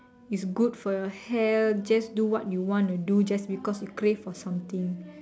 is good for your health just do what you want to do just because you crave for something